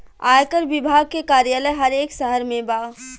आयकर विभाग के कार्यालय हर एक शहर में बा